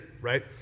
right